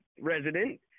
resident